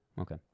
Okay